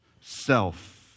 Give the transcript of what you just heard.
self